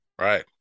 Right